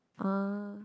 ah